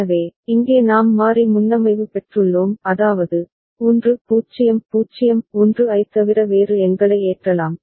எனவே இங்கே நாம் மாறி முன்னமைவு பெற்றுள்ளோம் அதாவது 1 0 0 1 ஐத் தவிர வேறு எண்களை ஏற்றலாம்